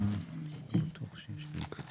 אז הם לא צריכים להיות מגובים כאן?